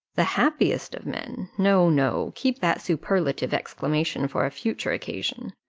the happiest of men no, no keep that superlative exclamation for a future occasion.